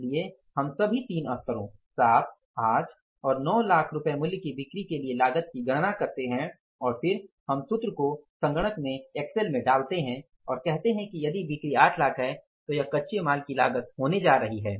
इसलिए हम सभी तीन स्तरों 7 8 और 9 लाख रुपये मूल्य की बिक्री के लिए लागत की गणना करते हैं और फिर हम सूत्र को सिस्टम में एक्सेल में डालते हैं और कहते हैं कि यदि बिक्री 8 लाख है तो यह कच्चे माल की लागत होने जा रही है